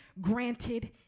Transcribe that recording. granted